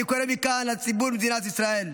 אני קורא מכאן לציבור במדינת ישראל,